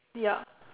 ya